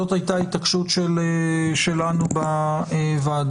זאת הייתה התעקשות שלנו בוועדה.